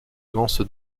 lance